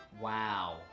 Wow